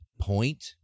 point